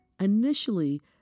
Initially